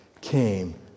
came